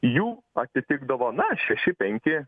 jų atitikdavo na šeši penki